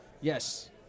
Yes